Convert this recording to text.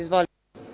Izvolite.